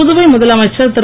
புதுவை முதலமைச்சர் திரு